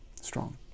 strong